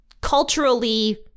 culturally